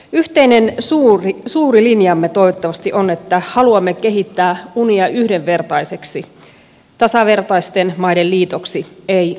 yhteinen suuri linjamme toivottavasti on että haluamme kehittää unionia yhdenvertaisten tasavertaisten maiden liitoksi ei liittovaltioksi